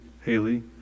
Haley